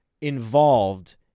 involved